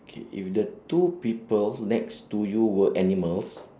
K if the two people next to you were animals